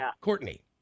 Courtney